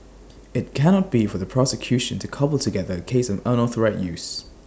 IT cannot be for the prosecution to cobble together A case of unauthorised use